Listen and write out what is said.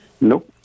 Nope